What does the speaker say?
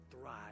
thrive